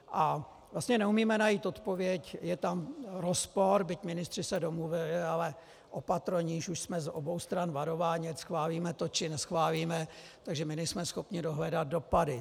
A vlastně neumíme najít odpověď, je tam rozpor, byť ministři se domluvili, ale o patro níž už jsme z obou stran varováni, schválíme to, či neschválíme, takže my nejsme schopni dohledat dopady.